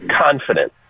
confident